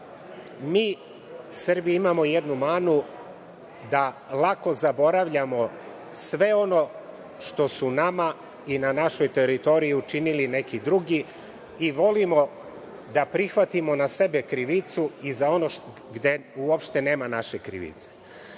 mi Srbi imamo jednu manu, da lako zaboravljamo sve ono što su nama i na našoj teritoriji učinili neki drugi i volimo da prihvatimo na sebe krivicu i za ono gde uopšte nema naše krivice. Zato